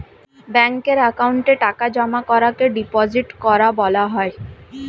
ব্যাঙ্কের অ্যাকাউন্টে টাকা জমা করাকে ডিপোজিট করা বলা হয়